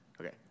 Okay